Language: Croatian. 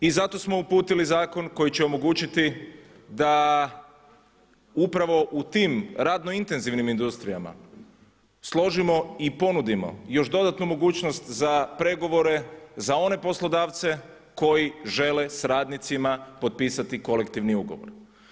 I zato smo uputili zakon koji će omogućiti da upravo u tim radno intenzivnim industrijama složimo i ponudimo još dodatnu mogućnost za pregovore, za one poslodavce koji žele s radnicima potpisati kolektivni ugovor.